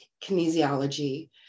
kinesiology